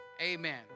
Amen